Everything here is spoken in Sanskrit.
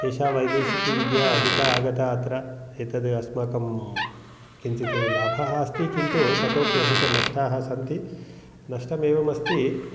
एषा वैदेशिकीविद्या अधिका आगता अत्र एतदस्माकं किञ्चित् लाभः अस्ति किन्तु ततोप्यधिक नष्टाः सन्ति नष्टमेवमस्ति